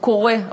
הוא קורה,